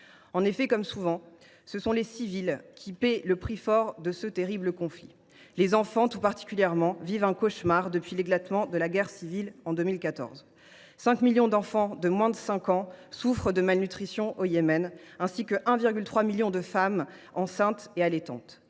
En effet, comme souvent, ce sont les civils qui paient le prix fort de ce terrible conflit. Les enfants, tout particulièrement, vivent un cauchemar depuis que la guerre civile a éclaté en 2014 : 5 millions d’enfants de moins de 5 ans souffrent de malnutrition au Yémen, ainsi que 1,3 million de femmes enceintes et allaitantes.